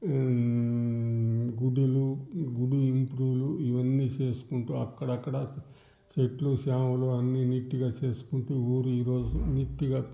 గుళ్ళో గుడి ఇంప్రూవ్లు ఇవన్నీ చేసుకుంటూ అక్కడక్కడ చెట్లు చేమలు అన్నీ నీట్గా చేసుకుంటు ఊరు ఈ రోజు నీట్గా